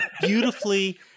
beautifully